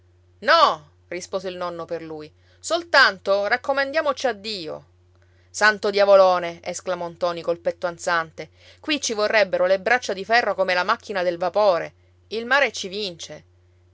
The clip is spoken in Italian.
no rispose il nonno per lui soltanto raccomandiamoci a dio santo diavolone esclamò ntoni col petto ansante qui ci vorrebbero le braccia di ferro come la macchina del vapore il mare ci vince